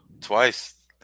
Twice